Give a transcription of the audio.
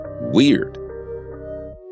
weird